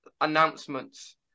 announcements